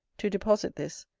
to deposit this,